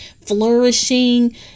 flourishing